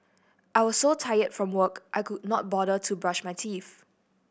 I was so tired from work I could not bother to brush my teeth